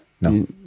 No